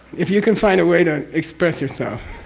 if you can find a way to express yourself.